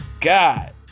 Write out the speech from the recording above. God